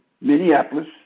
Minneapolis